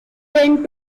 tend